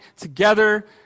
together